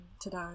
today